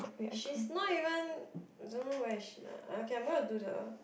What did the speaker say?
she's not even don't know where is she lah okay I'm gonna do the